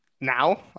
now